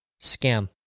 Scam